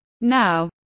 now